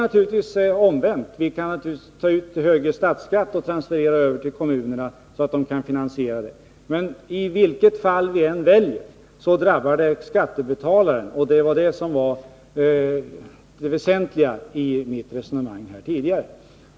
Naturligtvis kan man också göra det omvända — ta ut högre statsskatt och transferera pengar till kommunerna, så att de kan finansiera denna sysselsättningsökning. Men vilken lösning vi än väljer drabbar det skattebetalaren — och det var det väsentliga i mitt resonemang här tidigare.